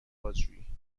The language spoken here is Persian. بازجویی